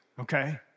okay